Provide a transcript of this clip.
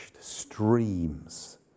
streams